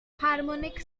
harmonic